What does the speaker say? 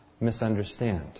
misunderstand